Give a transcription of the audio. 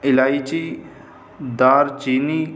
الائچی دارچینی